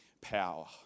Power